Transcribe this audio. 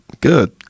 Good